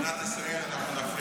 אני שואלת.